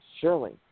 surely